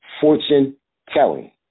fortune-telling